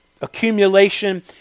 accumulation